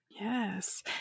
Yes